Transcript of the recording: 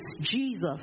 jesus